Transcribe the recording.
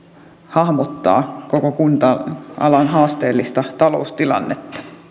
hahmottaa koko kunta alan haasteellista taloustilannetta